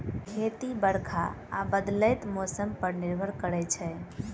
खेती बरखा आ बदलैत मौसम पर निर्भर करै छै